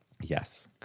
Yes